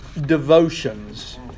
devotions